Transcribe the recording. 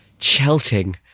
Chelting